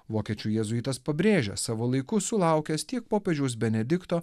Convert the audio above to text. vokiečių jėzuitas pabrėžia savo laiku sulaukęs tiek popiežiaus benedikto